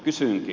kysynkin